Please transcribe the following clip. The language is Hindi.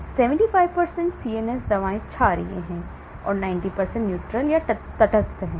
75 CNS दवाएं क्षारीय हैं 90 neutral हैं